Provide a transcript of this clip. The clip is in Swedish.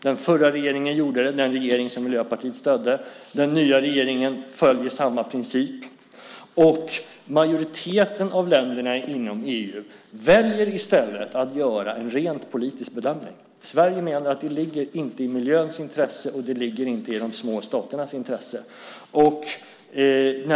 Den förra regeringen gjorde det, det vill säga den regering som Miljöpartiet stödde, och den nya regeringen följer samma princip. Majoriteten av länderna inom EU väljer i stället att göra en rent politisk bedömning. Sverige menar att det inte ligger i miljöns intresse och att det inte ligger i de små staternas intresse.